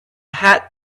hat